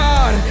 God